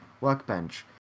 workbench